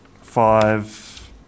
five